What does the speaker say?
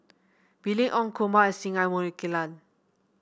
Mylene Ong Kumar and Singai Mukilan